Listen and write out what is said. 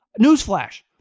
Newsflash